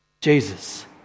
Jesus